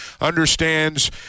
understands